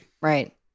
Right